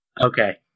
Okay